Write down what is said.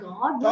God